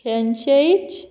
फेन्शेच